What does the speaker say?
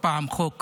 הפעם חוק